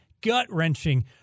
gut-wrenching